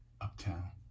uptown